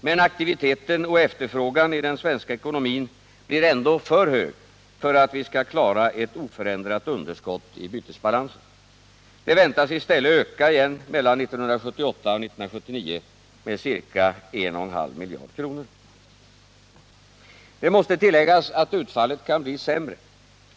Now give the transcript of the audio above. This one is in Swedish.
Men aktiviteten och efterfrågan i den svenska ekonomin blir ändå för hög för att vi skall klara ett oförändrat underskott i bytesbalansen. Det väntas i stället öka igen mellan 1978 och 1979 med ca 1,5 miljarder kronor. Det måste tilläggas att utfallet kan bli sämre.